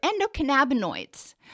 endocannabinoids